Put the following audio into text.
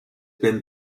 been